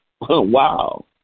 Wow